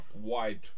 wide